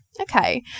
Okay